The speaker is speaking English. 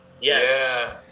Yes